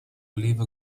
leave